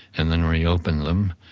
and then reopened them,